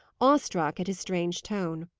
awe-struck at his strange tone.